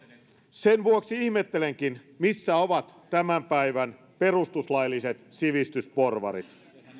sen vuoksi ihmettelenkin missä ovat tämän päivän perustuslailliset sivistysporvarit